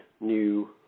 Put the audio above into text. new